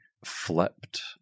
flipped